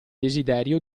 desiderio